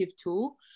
tool